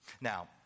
Now